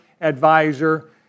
advisor